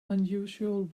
unusual